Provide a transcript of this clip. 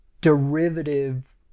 derivative